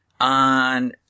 On